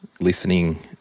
listening